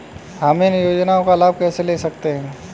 हम इन योजनाओं का लाभ कैसे ले सकते हैं?